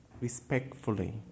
respectfully